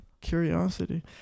curiosity